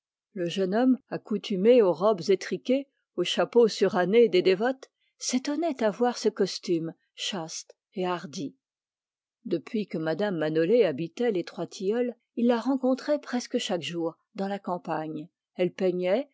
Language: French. le jeune homme accoutumé aux robes étriquées aux chapeaux surannés des dévotes s'étonnait à voir ce costume chaste et hardi depuis que mme manolé habitait les trois tilleuls il la rencontrait presque chaque jour dans la campagne elle peignait